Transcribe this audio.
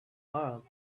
arab